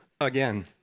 again